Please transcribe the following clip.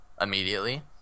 Immediately